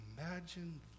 Imagine